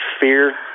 fear